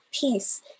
peace